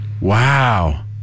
Wow